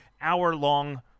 hour-long